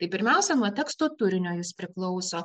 tai pirmiausia nuo teksto turinio jis priklauso